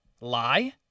lie